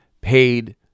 paid